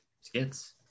skits